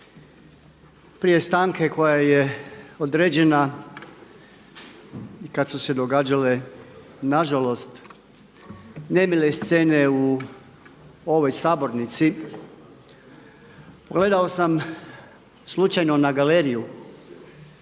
Prije stanke koja je određena kada su se događale nažalost, nemile scene u ovoj sabornici pogledao sam slučajno na galeriju